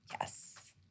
Yes